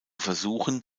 versuchen